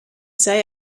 sei